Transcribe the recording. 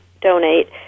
donate